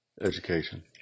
education